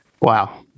Wow